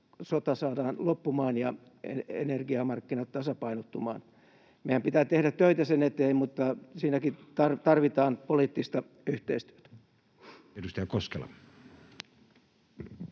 sota saadaan loppumaan ja energiamarkkinat tasapainottumaan. Meidän pitää tehdä töitä sen eteen, mutta siinäkin tarvitaan poliittista yhteistyötä. Edustaja Koskela.